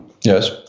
Yes